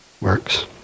works